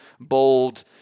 bold